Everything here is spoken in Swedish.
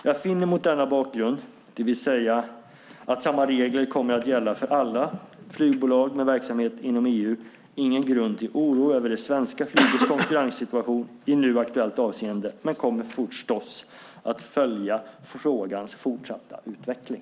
Jag finner mot denna bakgrund, det vill säga att samma regler kommer att gälla för alla flygbolag med verksamhet inom EU, ingen grund till oro över det svenska flygets konkurrenssituation i nu aktuellt avseende men kommer förstås att följa frågans fortsatta utveckling.